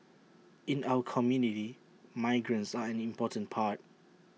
in our community migrants are an important part